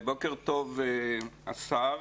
בוקר טוב, השר.